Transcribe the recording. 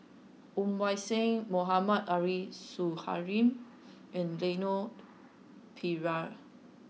Woon Wah Siang Mohammad Arif Suhaimi and Leon Perera